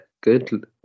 good